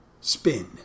Spin